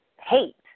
hate